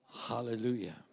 Hallelujah